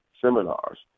seminars